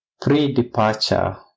pre-departure